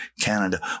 Canada